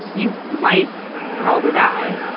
you might probably die.